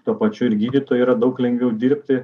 tuo pačiu ir gydytojai yra daug lengviau dirbti